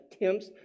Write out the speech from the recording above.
attempts